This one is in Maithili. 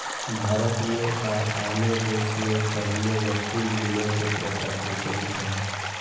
भारत मे आ आनो देश मे पहिने वस्तु विनिमय के प्रथा प्रचलित रहै